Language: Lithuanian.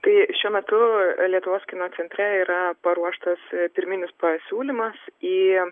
tai šiuo metu lietuvos kino centre yra paruoštas pirminis pasiūlymas į